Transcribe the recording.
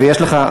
ויש לך,